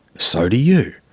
so do you.